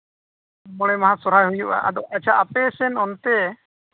ᱢᱚᱬᱮ ᱢᱟᱦᱟ ᱥᱚᱨᱦᱟᱭ ᱦᱩᱭᱩᱜᱼᱟ ᱟᱫᱚ ᱟᱪᱪᱷᱟ ᱟᱯᱮ ᱥᱮᱫ ᱚᱱᱛᱮ